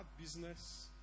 business